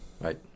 Right